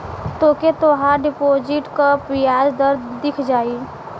तोके तोहार डिपोसिट क बियाज दर दिख जाई